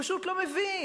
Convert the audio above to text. הוא פשוט לא מבין.